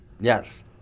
Yes